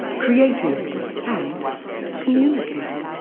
creating and communicating.